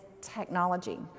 technology